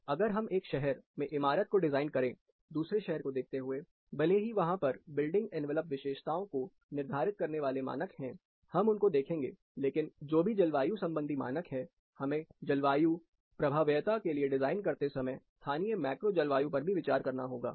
तो अगर हम एक शहर में इमारत को डिजाइन करें दूसरे शहर को देखते हुए भले ही वहां पर बिल्डिंग एनवेलप विशेषताओं को निर्धारित करने वाले मानक हैं हम उनको देखेंगे लेकिन जो भी जलवायु संबंधी मानक हैं हमें जलवायु प्रभाव्यता के लिए डिजाइन करते समय स्थानीय मैक्रो जलवायु पर भी विचार करना होगा